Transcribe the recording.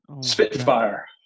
Spitfire